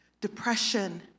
depression